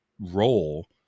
role